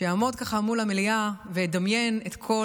שיעמוד ככה מול המליאה וידמיין את כל